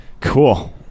Cool